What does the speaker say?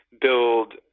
Build